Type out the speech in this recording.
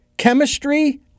Chemistry